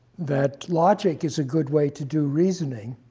that logic is a good way to do reasoning,